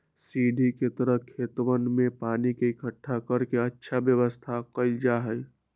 सीढ़ी के तरह खेतवन में पानी के इकट्ठा कर के अच्छा व्यवस्था कइल जाहई